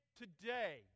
today